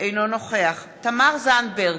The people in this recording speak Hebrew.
אינו נוכח תמר זנדברג,